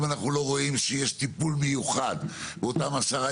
אם אנחנו לא רואים שיש טיפול מיוחד באותם עשרה